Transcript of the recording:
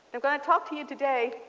i'm going to talk to you today